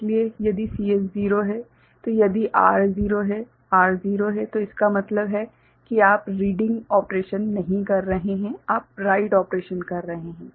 इसलिए यदि CS 0 है तो यदि R 0 है R 0 है तो इसका मतलब है कि आप रीडिंग ऑपरेशन नहीं कर रहे हैं आप राइट ऑपरेशन कर रहे हैं